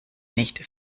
nicht